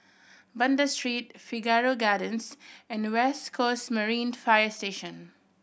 Banda Street Figaro Gardens and West Coast Marine Fire Station